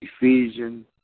Ephesians